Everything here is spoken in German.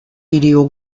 video